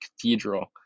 cathedral